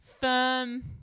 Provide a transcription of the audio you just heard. firm